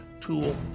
tool